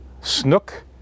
snook